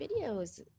videos